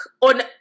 on